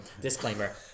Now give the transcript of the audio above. disclaimer